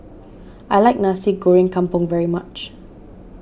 I like Nasi Goreng Kampung very much